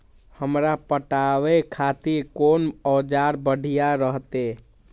हमरा पटावे खातिर कोन औजार बढ़िया रहते?